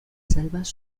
selvas